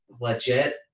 legit